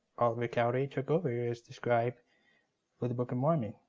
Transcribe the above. oliver cowdery took over as the scribe for the book of mormon,